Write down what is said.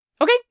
okay